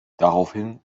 daraufhin